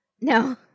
No